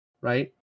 right